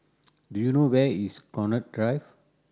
do you know where is Connaught Drive